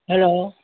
hello